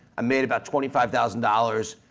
i made about twenty five thousand dollars,